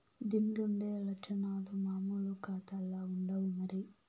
దీన్లుండే లచ్చనాలు మామూలు కాతాల్ల ఉండవు మరి